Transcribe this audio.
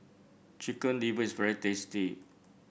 Chicken Liver is very tasty